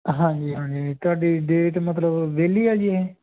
ਹਾਂਜੀ ਹਾਂਜੀ ਤੁਹਾਡੀ ਡੇਟ ਮਤਲਬ ਵਿਹਲੀ ਆ ਜੀ ਇਹ